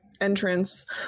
entrance